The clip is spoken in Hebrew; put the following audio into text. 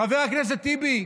חבר הכנסת טיבי,